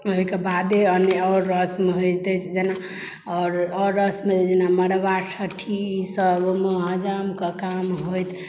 ओहि के बादे आओर रस्म होइत अछि जेना आओर रस्म मे जेना मड़बा ठठी ई सब मे हजाम के काम होइत